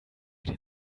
den